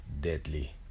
deadly